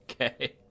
okay